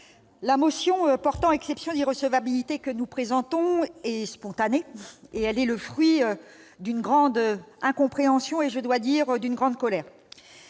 à opposer l'exception d'irrecevabilité que nous présentons est spontanée. Elle est le fruit d'une grande incompréhension et, je dois le dire, d'une grande colère.